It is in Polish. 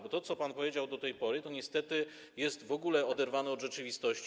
Bo to, co pan powiedział do tej pory, to niestety jest w ogóle oderwane od rzeczywistości.